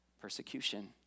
Persecution